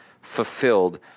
fulfilled